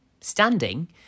standing